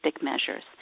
measures